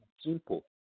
simple